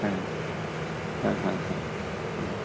ह हा हा हा